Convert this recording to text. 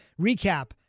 recap